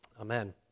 Amen